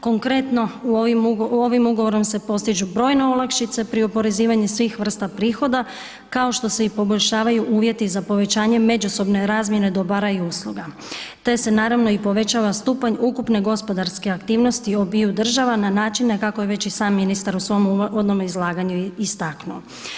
Konkretno, ovim ugovorom se postižu brojne olakšice pri oporezivanju svih vrsta prihoda, kao što se i poboljšavaju uvjeti za povećanje međusobne razmjene dobara i usluga te se naravno, i povećava stupanj ukupne gospodarske aktivnosti obiju država na načine kako je već i sam ministar u svome uvodnome izlaganju istaknuo.